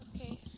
Okay